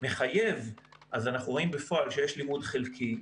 מחייב אנחנו רואים בפועל שיש לימוד חלקי.